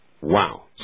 Wow